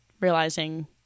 realizing